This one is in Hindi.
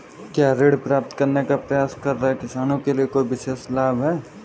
क्या ऋण प्राप्त करने का प्रयास कर रहे किसानों के लिए कोई विशेष लाभ हैं?